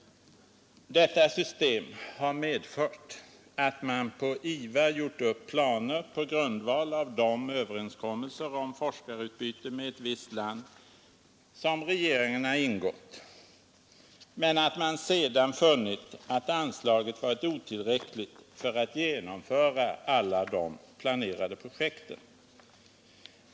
Detta system har medfört att man på IVA gjort upp planer på grundval av de överenskommelser om forskarutbyte med ett visst land som regeringarna ingått men att man sedan funnit att anslaget varit otillräckligt för att genomföra alla de planerade projekten.